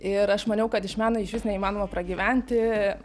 ir aš maniau kad iš meno išvis neįmanoma pragyventi